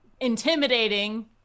intimidating